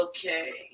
Okay